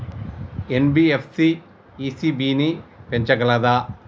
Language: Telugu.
ఎన్.బి.ఎఫ్.సి ఇ.సి.బి ని పెంచగలదా?